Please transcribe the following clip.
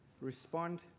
respond